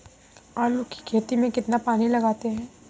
आलू की खेती में कितना पानी लगाते हैं?